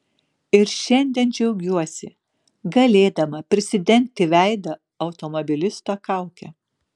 ir šiandien džiaugiuosi galėdama prisidengti veidą automobilisto kauke